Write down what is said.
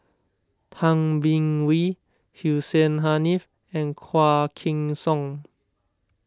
Tay Bin Wee Hussein Haniff and Quah Kim Song